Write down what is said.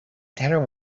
terror